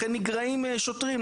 לכן נגרעים שוטרים,